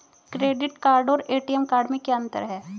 Credit card और ATM card में क्या अंतर है?